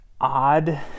odd